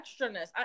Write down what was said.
extraness